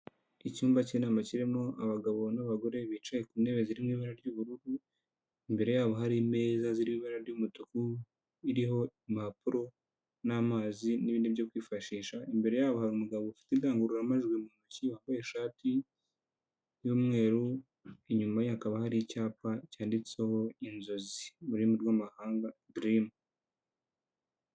Icyumba cy'inama kirimo abagabo n'abagore bicaye ku ntebe zirimo ibara ry'ubururu, imbere yabo hari imeza zirimo ibara ry'umutuku, iriho impapuro n'amazi n'ibindi byo kwifashisha, imbere yabo hari umugabo ufite indangururamajwi mu ntoki wambaye ishati y'umweru, inyuma ye hakaba hari icyapa cyanditseho inzozi mu rurimi rw'amahanga dirimu.